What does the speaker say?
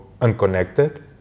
unconnected